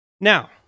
Now